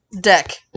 deck